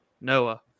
Noah